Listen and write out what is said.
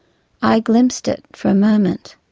i glimpsed it for a moment,